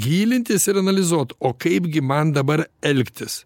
gilintis ir analizuot o kaipgi man dabar elgtis